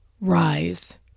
rise